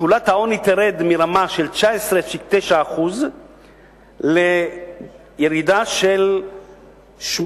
תחולת העוני תרד מרמה של 19.9% ירידה של 9%;